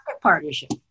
partnership